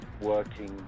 working